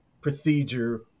procedure